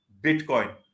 Bitcoin